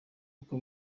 uko